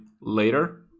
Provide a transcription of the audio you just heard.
later